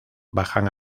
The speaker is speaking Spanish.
bajan